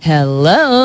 Hello